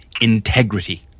integrity